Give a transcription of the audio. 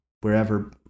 wherever